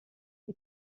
die